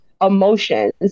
emotions